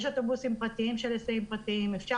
יש אוטובוסים פרטיים של היסעים פרטיים ואפשר